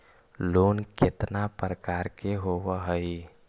Loan केतना प्रकार के होव हइ?